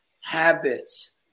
habits